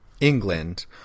England